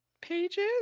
pages